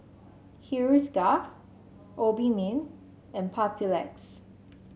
Hiruscar Obimin and Papulex